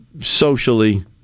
socially